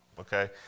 okay